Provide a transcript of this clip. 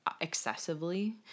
Excessively